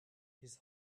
his